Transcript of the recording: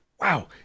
Wow